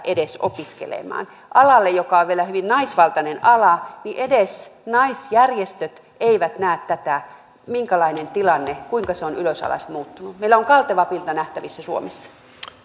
edes opiskelemaan alalle joka on vielä hyvin naisvaltainen ala ja edes naisjärjestöt eivät näe tätä minkälainen on tilanne kuinka se on ylösalaisin muuttunut meillä on kalteva pinta nähtävissä suomessa